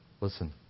listen